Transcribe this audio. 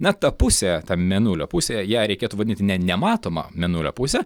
na ta pusė ta mėnulio pusė ją reikėtų vadinti ne nematoma mėnulio puse